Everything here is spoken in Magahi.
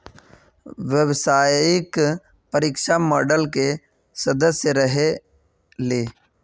व्यावसायिक परीक्षा मंडल के सदस्य रहे ली?